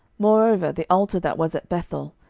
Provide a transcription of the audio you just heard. moreover the altar that was at bethel,